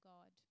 God